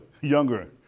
younger